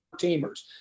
teamers